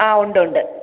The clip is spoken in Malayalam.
ആ ഉണ്ട് ഉണ്ട്